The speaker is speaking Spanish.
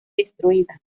destruida